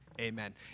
amen